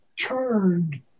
turned